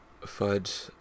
Fudge